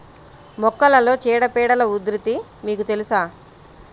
మొక్కలలో చీడపీడల ఉధృతి మీకు తెలుసా?